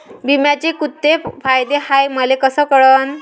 बिम्याचे कुंते फायदे हाय मले कस कळन?